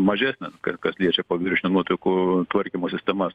mažesnės ka kas liečia paviršinių nuotekų tvarkymo sistemas